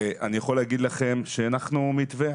אני יכול להגיד לכם שהנחנו מתווה,